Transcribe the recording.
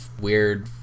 weird